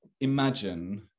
imagine